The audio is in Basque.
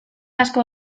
asko